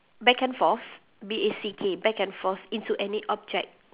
back and forth B A C K back and forth into any object